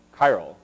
chiral